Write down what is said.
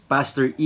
Pastor